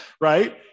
Right